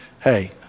hey